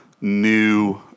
new